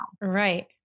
Right